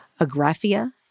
agraphia